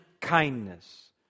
kindness